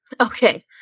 Okay